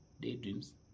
daydreams